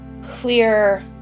clear